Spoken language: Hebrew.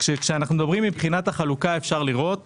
מבחינת החלוקה, אפשר לראות